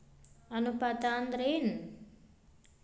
ಅನುಪಾತ ಅಂದ್ರ ಏನ್?